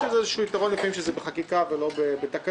יש איזה יתרון לפעמים שזה בחקיקה ולא בתקנות.